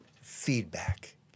feedback